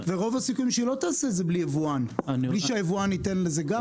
ורוב הסיכויים שלא תעשה את זה בלי שיבואן ייתן לזה גב.